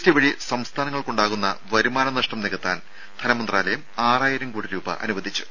T വഴി സംസ്ഥാനങ്ങൾക്കുണ്ടാകുന്ന വരുമാന നഷ്ടം നികത്താൻ ധനമന്ത്രാലയം ആറായിരം കോടി രൂപ അനുവദിച്ചു